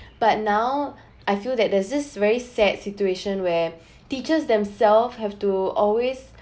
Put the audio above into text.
but now I feel that there is this very sad situation where teachers themselves have to always